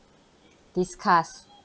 discuss